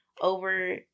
Over